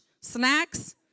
snacks